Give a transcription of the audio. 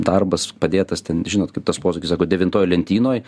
darbas padėtas ten žinot kaip tas posakis sako devintoj lentynoj